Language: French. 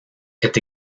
est